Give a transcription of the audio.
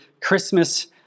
Christmas